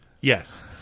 Yes